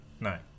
Nine